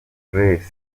grace